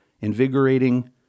invigorating